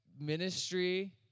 ministry